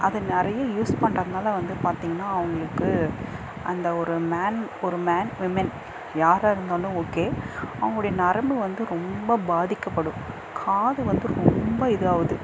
அதை நிறைய யூஸ் பண்ணுறதுனால வந்து பார்த்தீங்கன்னா உங்களுக்கு அந்த ஒரு மேன் ஒரு மேன் விமன் யாராக இருந்தாலும் ஓகே அவுங்களுடைய நரம்பு வந்து ரொம்ப பாதிக்கப்படும் காது வந்து ரொம்ப இதாவது